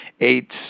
eight